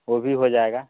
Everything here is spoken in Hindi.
वह भी हो जाएगा